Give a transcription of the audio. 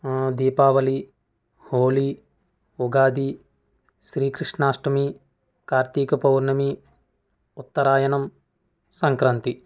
Deepavali Holi Ugadi Sri Krishnashtami Karthika Pournami Uttarayanam Sankranti